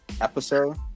episode